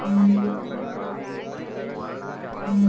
कोन कोन प्रकार के कर सकथ हन?